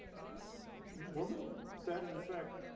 and the woman said in effect,